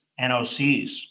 NOCs